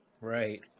Right